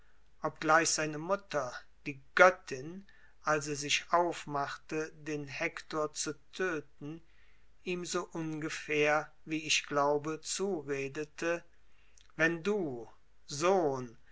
obgleich seine mutter die göttin als er sich aufmachte den hektor zu töten ihm so ungefähr wie ich glaube zuredete wenn du sohn